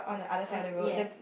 mm~ err yes